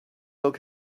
look